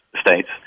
states